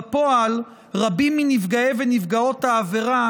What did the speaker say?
בפועל, רבים מנפגעי ומנפגעות עבירה